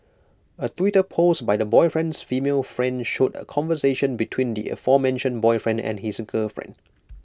A Twitter post by the boyfriend's female friend showed A conversation between the aforementioned boyfriend and his girlfriend